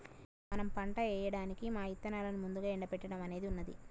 మనం పంట ఏయడానికి మా ఇత్తనాలను ముందుగా ఎండబెట్టడం అనేది ఉన్నది